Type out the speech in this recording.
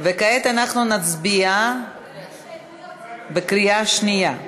כעת אנחנו נצביע בקריאה שנייה.